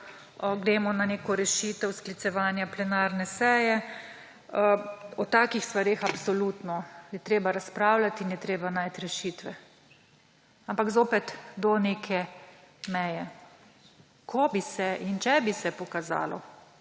gremo na neko rešitev sklicevanja plenarne seje, o takih stvareh absolutno je treba razpravljati in je treba najti rešitve. Ampak zopet do neke meje. Ko bi se in če bi se pokazalo,